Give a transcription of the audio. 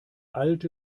alte